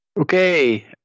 Okay